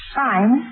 fine